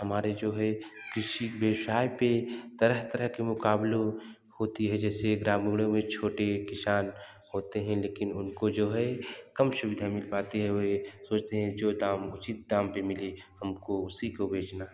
हमारे जो है कृषि व्यवसाय पे तरह तरह के मुकाबलों होती है जैसे छोटे किसान होते हैं लेकिन उनको जो है कम सुविधा मिल पाती है वे सोचते हैं जो दाम उचित दाम पे मिले हमको उसी को बेचना है